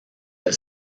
elle